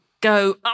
go